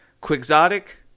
quixotic